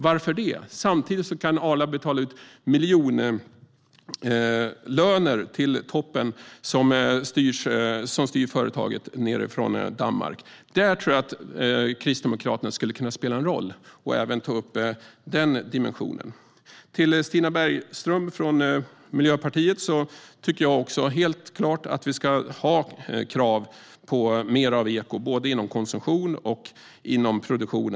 Varför det? Samtidigt kan Arla betala ut miljonlöner till toppen som styr företaget nedifrån Danmark. Jag tror att Kristdemokraterna skulle kunna spela en roll genom att även ta upp den dimensionen. Jag håller helt klart med Stina Bergström från Miljöpartiet om att vi ska ha krav på mer ekologiskt, både inom konsumtion och inom produktion.